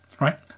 right